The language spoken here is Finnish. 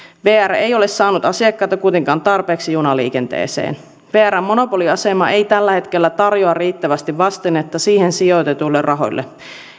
vr ei ole saanut asiakkaita kuitenkaan tarpeeksi junaliikenteeseen vrn monopoliasema ei tällä hetkellä tarjoa riittävästi vastinetta siihen sijoitetuille rahoille